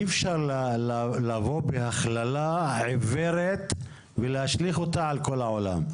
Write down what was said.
אי אפשר לבוא בהכללה עיוורת ולהשליך אותה על כל העולם,